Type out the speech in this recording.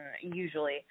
usually